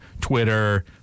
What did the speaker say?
Twitter